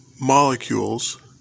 molecules